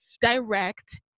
direct